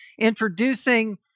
introducing